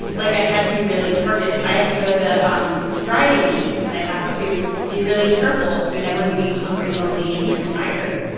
like, i had to be really targeted. i have to go to um sobriety meetings. i have to be really careful. you never can be hungry, lonely, angry, tired.